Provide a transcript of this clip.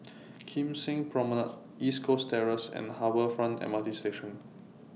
Kim Seng Promenade East Coast Terrace and Harbour Front MRT Station